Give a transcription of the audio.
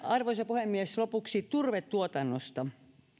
arvoisa puhemies vielä lopuksi turvetuotannosta